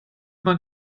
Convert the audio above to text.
man